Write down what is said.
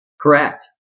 Correct